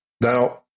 Now